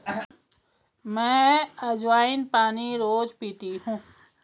मैं अज्वाइन पानी रोज़ पीती हूँ